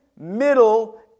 middle